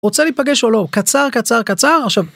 רוצה להיפגש או לא, קצר קצר קצר עכשיו…